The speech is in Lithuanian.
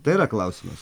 tai yra klausimas